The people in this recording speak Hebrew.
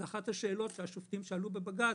זו אחת השאלות שהשופטים שאלו בבג"ץ,